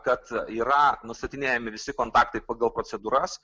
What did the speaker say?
kad yra nustatinėjami visi kontaktai pagal procedūras